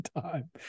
time